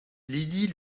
lydie